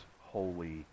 holy